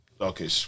okay